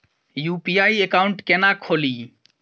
UPI account केना खोलि?